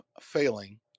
failing